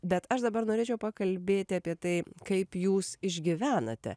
bet aš dabar norėčiau pakalbėti apie tai kaip jūs išgyvenate